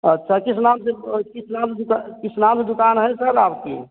अच्छा किस नाम से किस नाम से किस नाम से दुकान है सर आपकी